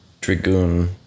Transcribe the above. Dragoon